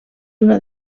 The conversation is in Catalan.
una